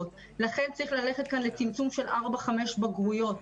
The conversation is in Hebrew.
צריך ללכת לצמצום של 4 5 בגרויות,